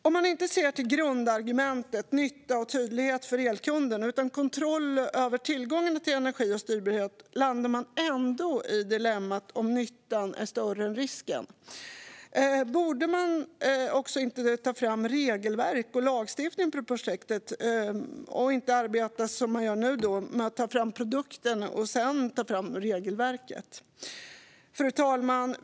Om man inte ser till grundargumentet - nytta och tydlighet för elkunden - utan till kontroll över tillgång till energi och styrbarhet landar man ändå i dilemmat huruvida nyttan är större än risken. Borde man inte också ta fram regelverk och lagstiftning för projektet och inte som nu arbeta med att först ta fram produkten och sedan ta fram regelverket? Fru talman!